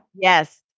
Yes